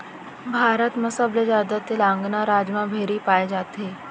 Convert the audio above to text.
भारत म सबले जादा तेलंगाना राज म भेड़ी पाए जाथे